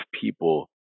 people